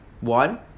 One